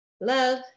love